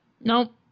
nope